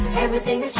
everything